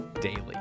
daily